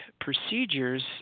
procedures